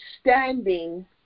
standing